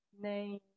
name